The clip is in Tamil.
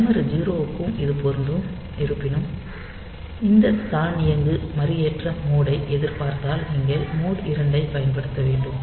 டைமர் 0 க்கும் இது பொருந்தும் இருப்பினும் இந்த தானியங்கு மறுஏற்ற மோட் ஐ எதிப்பார்த்தால் நீங்கள் மோட் 2 ஐப் பயன்படுத்த வேண்டும்